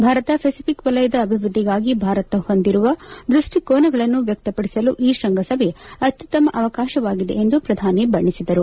Bharat Pacific ವಲಯದ ಅಭಿವೃದ್ದಿಗಾಗಿ ಭಾರತ ಹೊಂದಿರುವ ದೃಷ್ಟಿಕೋನಗಳನ್ನು ವ್ಯಕ್ತಪಡಿಸಲು ಈ ಶೃಂಗಸಭೆ ಅತ್ಯುತ್ತಮ ಅವಕಾಶವಾಗಿದೆ ಎಂದು ಪ್ರಧಾನಿ ಬಣ್ಣಿಸಿದರು